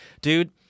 Dude